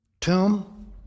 Tomb